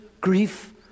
grief